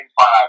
Five